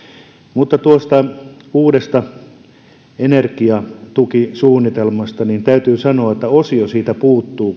mutta tuosta uudesta energiatukisuunnitelmasta täytyy sanoa että osio siitä puuttuu